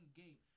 game